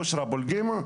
בושרה אבולגימה,